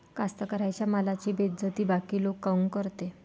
कास्तकाराइच्या मालाची बेइज्जती बाकी लोक काऊन करते?